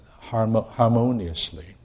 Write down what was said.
harmoniously